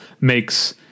makes